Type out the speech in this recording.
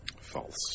False